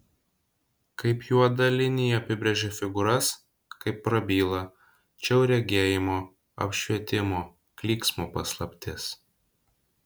kaip juoda linija apibrėžia figūras kaip prabyla čia jau regėjimo apšvietimo klyksmo paslaptis